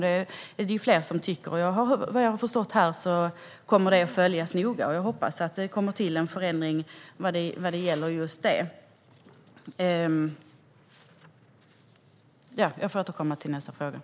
Det är det ju fler som tycker, och vad jag har förstått här kommer det att följas noga. Jag hoppas att det kommer en förändring vad gäller just det. Jag får återkomma i nästa replik.